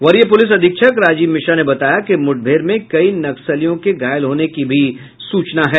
वरीय पुलिस अधीक्षक राजीव मिश्रा ने बताया कि मुठभेड़ में कई नक्सलियों के घायल होने की भी सूचना हैं